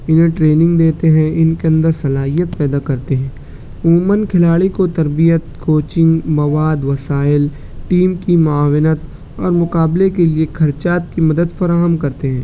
انہیں ٹریننگ دیتے ہیں ان کے اندر صلاحیت پیدا کرتے ہیں عموماً کھلاڑی کو تربیت کوچنگ مواد وسائل ٹیم کی معاونت اور مقابلہ کے لیے خرچات کی مدد فراہم کرتے ہیں